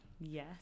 Yes